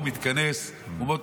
האו"ם מתכנס,